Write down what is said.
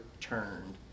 turned